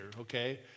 Okay